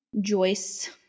Joyce